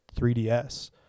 3DS